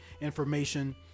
information